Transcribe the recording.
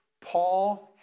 Paul